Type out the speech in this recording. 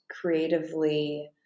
creatively